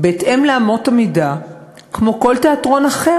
בהתאם לאמות המידה כמו כל תיאטרון אחר.